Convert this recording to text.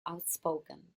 outspoken